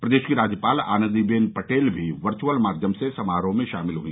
प्रदेश की राज्यपाल आनंदी बेन पटेल भी वर्घुअल माध्यम से समारोह में शामिल हुई